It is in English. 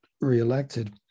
re-elected